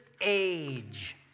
age